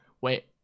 Wait